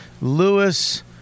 Lewis